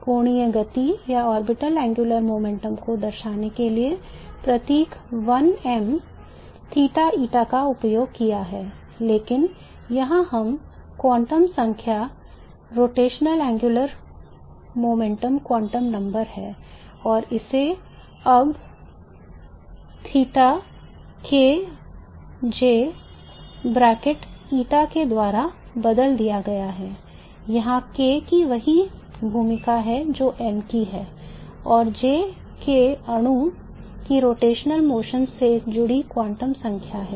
और इसे अब के द्वारा बदल दिया गया है जहाँ K की वही भूमिका है जो m की है और J में अणु की rotational motion से जुड़ी क्वांटम संख्या है